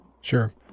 Sure